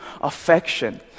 affection